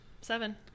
Seven